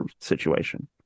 situation